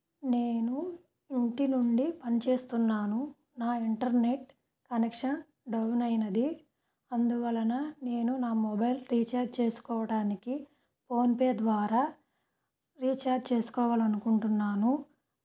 నేను ఇంటి నుండి పనిచేస్తున్నాను నా ఇంటర్నెట్ కనెక్షన్ డౌన్ అయినది అందువలన నేను నా మొబైల్ రీఛార్జ్ చేసుకోవడానికి ఫోన్పే ద్వారా రీఛార్జ్ చేసుకోవాలనుకుంటున్నాను